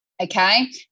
Okay